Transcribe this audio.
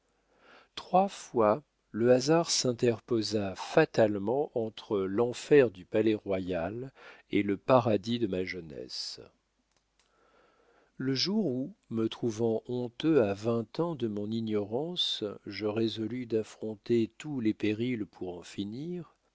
trois fois le hasard s'interposa fatalement entre l'enfer du palais-royal et le paradis de ma jeunesse le jour où me trouvant honteux à vingt ans de mon ignorance je résolus d'affronter tous les périls pour en finir